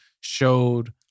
showed